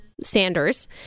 Sanders